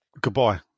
goodbye